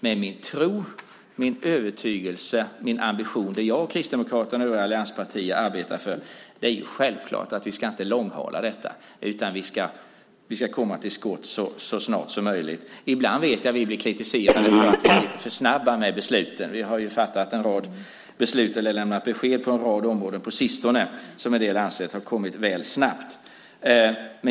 Men min tro, min övertygelse och min ambition är självfallet att vi inte ska långhala detta. Det jag, Kristdemokraterna och övriga allianspartier arbetar för är att vi ska komma till skott så snart som möjligt. Jag vet att vi ibland blir kritiserade för att vi är lite för snabba med besluten. Vi har ju fattat en rad beslut eller lämnat besked på en rad områden på sistone som en del anser har kommit väl snabbt.